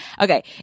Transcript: okay